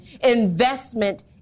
investment